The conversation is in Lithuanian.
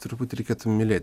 turbūt reikėtų mylėti